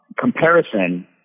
comparison